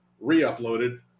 re-uploaded